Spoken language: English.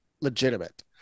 legitimate